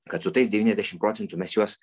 kad su tais devyniasdešim procentų mes juos